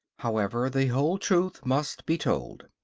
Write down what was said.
however, the whole truth must be told.